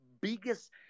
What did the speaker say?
biggest